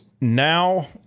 now